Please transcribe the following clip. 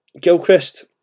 Gilchrist